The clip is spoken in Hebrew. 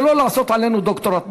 זה לא לעשות עלינו דוקטורט.